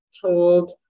told